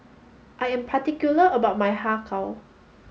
I am particular about my Har Kow